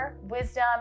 wisdom